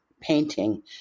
painting